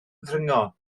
ddringo